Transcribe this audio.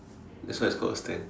that's why it's called a stand